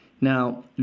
Now